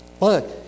look